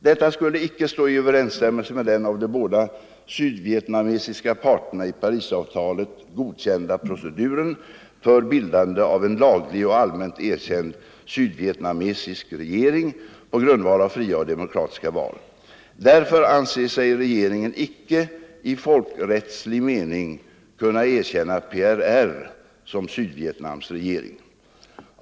Detta skulle icke stå i överensstämmelse med den av de båda sydvietnamesiska parterna i Parisavtalet godkända proceduren för bildande av en laglig och allmänt erkänd sydvietnamesisk regering på grundval av fria och demokratiska val. Därför anser sig regeringen icke i folkrättslig mening kunna erkänna PRR som Sydvietnams regering.